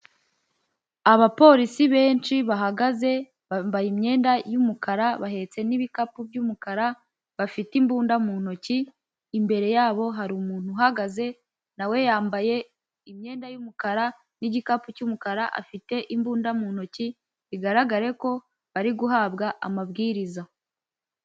Abapolisi benshi bahagaze, bambaye imyenda y'umukara, bahetse n'ibikapu by'umukara, bafite imbunda mu ntoki, imbere yabo hari umuntu uhagaze, na we yambaye imyenda y'umukara n'igikapu cy'umukara afite imbunda mu ntoki, bigaragare ko bari guhabwa amabwiriza.